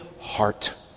heart